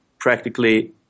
practically